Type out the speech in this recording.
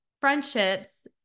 friendships